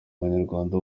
abanyarwanda